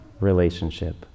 relationship